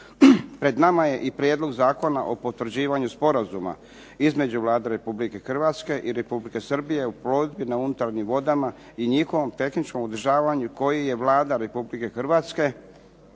Pred nama je i prijedlog Zakona o potvrđivanju sporazuma između Vlade Republike Hrvatske i Republike Srbije o plovidbi na unutarnjim vodama i njihovom tehničkom održavanju koji je Vlada Republike Hrvatske